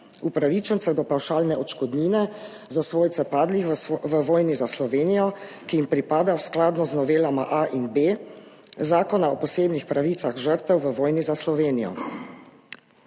upravičencev do pavšalne odškodnine za svojce padlih v vojni za Slovenijo, ki jim pripada skladno z novelama A in B Zakona o posebnih pravicah žrtev v vojni za Slovenijo.